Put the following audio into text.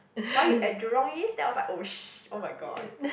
why you at Jurong-East then I was like !oh-sh~! !oh-my-god!